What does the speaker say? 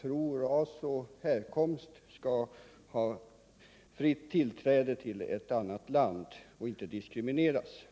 tro, ras och härkomst, skall ha fritt tillträde till ett annat land och inte diskrimineras.